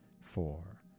four